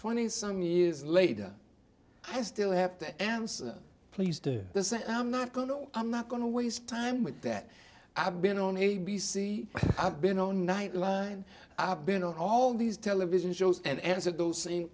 twenty some years later i still have to answer please do this and i'm not going on i'm not going to waste time with that i've been on a b c i've been on nightline i've been on all these television shows and answer those same